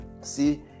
See